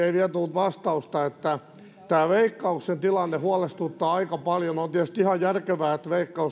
vastausta että tämä veikkauksen tilanne huolestuttaa aika paljon on tietysti ihan järkevää että veikkaus tekee niitä toimenpiteitä